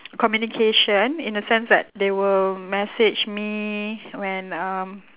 communication in a sense that they will message me when um